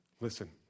Listen